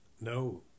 No